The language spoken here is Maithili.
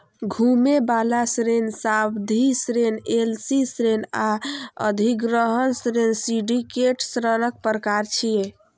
घुमै बला ऋण, सावधि ऋण, एल.सी ऋण आ अधिग्रहण ऋण सिंडिकेट ऋणक प्रकार छियै